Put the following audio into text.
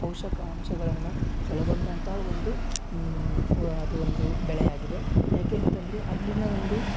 ಪೋಷಕಾಂಶಗಳನ್ನು ಒಳಗೊಂಡಂಥ ಒಂದು ಅದು ಒಂದು ಬೆಳೆಯಾಗಿದೆ ಯಾಕಂತಂದ್ರೆ ಅಲ್ಲಿನ ಒಂದು